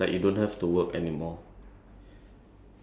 no longer needed to work to survive